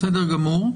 בסדר גמור.